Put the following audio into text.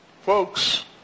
Folks